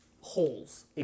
holes